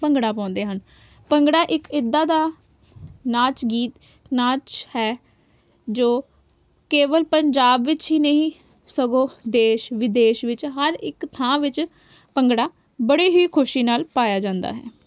ਭੰਗੜਾ ਪਾਉਂਦੇ ਹਨ ਭੰਗੜਾ ਇੱਕ ਇੱਦਾਂ ਦਾ ਨਾਚ ਗੀਤ ਨਾਚ ਹੈ ਜੋ ਕੇਵਲ ਪੰਜਾਬ ਵਿੱਚ ਹੀ ਨਹੀਂ ਸਗੋਂ ਦੇਸ਼ ਵਿਦੇਸ਼ ਵਿੱਚ ਹਰ ਇੱਕ ਥਾਂ ਵਿੱਚ ਭੰਗੜਾ ਬੜੀ ਹੀ ਖੁਸ਼ੀ ਨਾਲ ਪਾਇਆ ਜਾਂਦਾ ਹੈ